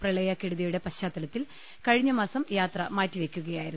പ്രളയകെടുതിയുടെ പശ്ചാത്തലത്തിൽ കഴിഞ്ഞമാസം യാത്ര മാറ്റി വെക്കുകയായിരുന്നു